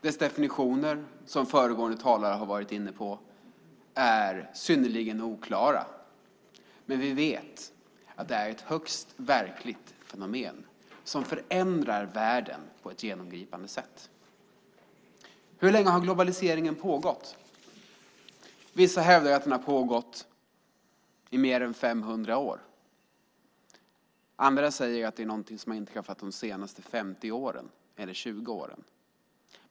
Dess definitioner är synnerligen oklara, precis som föregående talare har varit inne på, men vi vet att det är ett högst verkligt fenomen som förändrar världen på ett genomgripande sätt. Hur länge har globaliseringen pågått? Vissa hävdar att den har pågått i mer än 500 år. Andra säger att det är något som inträffat de senaste 50 eller 20 åren.